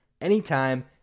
anytime